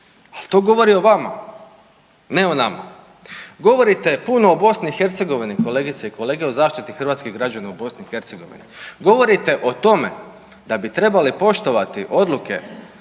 ali to govori o vama, ne o nama. Govorite puno o BiH kolegice i kolege o zaštiti hrvatskih građana u BiH, govorite o tome da bi trebali poštovani odluke